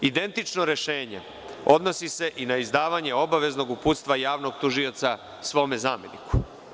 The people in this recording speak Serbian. Identično rešenje odnosi se na izdavanje obaveznog uputstva javnog tužioca svome zameniku.